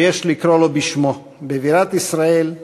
שיש לקרוא לו בשמו: בבירת ישראל,